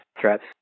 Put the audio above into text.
threats